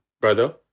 Brother